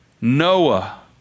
Noah